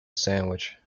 sandwich